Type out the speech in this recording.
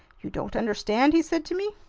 you don't understand? he said to me.